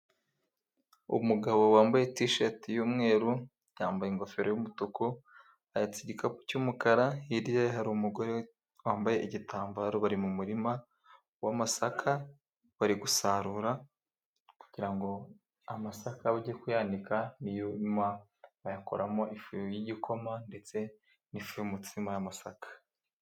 Umugabo wambaye tishati y'umweru, yambaye ingofero y'umutuku ahetse igikapu cy'umukara. Hirya hari umugore wambaye igitambaro. Bari mu murima w'amasaka. Bari gusarura kugirango amasaka bajye kuyanika, niyuma bayakoramo ifu y'igikoma ndetse n'ifu y'umutsima y'amasaka.